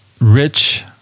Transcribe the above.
rich